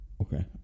Okay